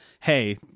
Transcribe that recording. hey